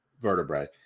vertebrae